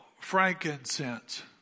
frankincense